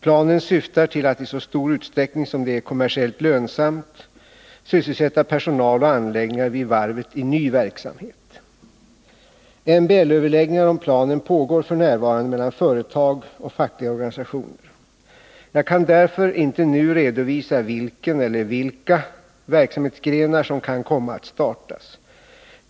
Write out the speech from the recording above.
Planen syftar till att i så stor utsträckning som det är kommersiellt lönsamt sysselsätta personal och anläggningar vid varvet i ny verksamhet. MBL-överläggningar om planen pågår f. n. mellan företag och fackliga organisationer. Jag kan därför inte nu redovisa vilken eller vilka verksamhetsgrenar som kan komma att startas.